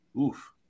Oof